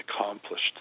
accomplished